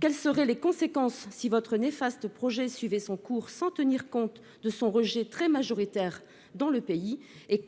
Quelles seraient les conséquences si votre néfaste projet suivait son cours, sans tenir compte de son rejet très majoritaire dans le pays ?